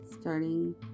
starting